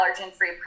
allergen-free